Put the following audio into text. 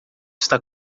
está